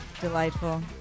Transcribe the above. delightful